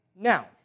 Now